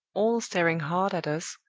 all staring hard at us,